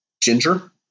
ginger